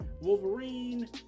Wolverine